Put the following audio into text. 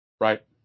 Right